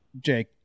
Jake